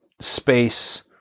space